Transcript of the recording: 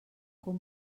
com